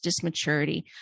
dismaturity